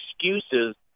excuses